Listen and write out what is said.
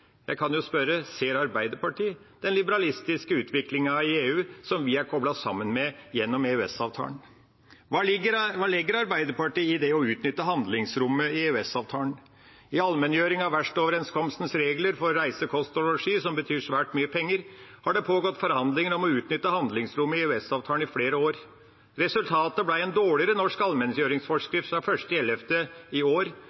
som vi er koblet sammen med gjennom EØS-avtalen? Hva legger Arbeiderpartiet i det å utnytte handlingsrommet i EØS-avtalen? I allmenngjøringen av verkstedoverenskomstens regler for reise, kost og losji, som betyr svært mye penger, har det pågått forhandlinger om å utnytte handlingsrommet i EØS-avtalen i flere år. Resultatet ble en dårligere norsk allmenngjøringsforskrift fra 1. november i år.